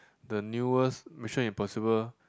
the newest Mission Impossible